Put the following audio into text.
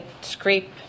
scrape